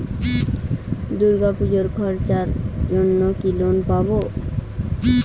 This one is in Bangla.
দূর্গাপুজোর খরচার জন্য কি লোন পাব?